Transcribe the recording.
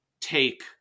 take